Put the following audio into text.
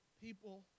people